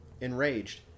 Enraged